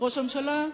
ראש הממשלה?